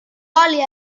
oli